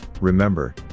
remember